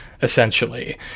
essentially